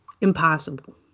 Impossible